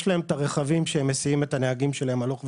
יש להם את הרכבים שהם מסיעים את הנהגים שלהם הלוך ושוב,